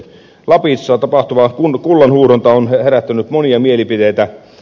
lapissa tapahtuva kullanhuuhdonta on herättänyt monia mielipiteitä